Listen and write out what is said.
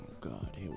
god